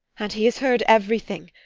and he has heard everything!